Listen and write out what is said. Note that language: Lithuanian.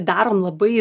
darom labai